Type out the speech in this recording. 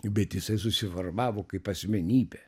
bet jisai susiformavo kaip asmenybė